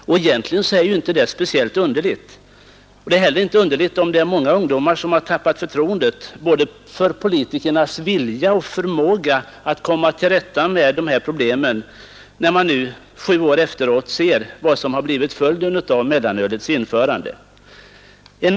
Och egentligen är detta inte speciellt förvånande. Det är inte heller underligt om det är många ungdomar som har tappat förtroendet för både politikernas vilja och deras förmåga att komma till rätta med de här problemen, när man nu, sju år efteråt, ser vad som har blivit följden av mellanölets införande.